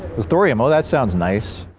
it's thorium. oh, that sounds nice.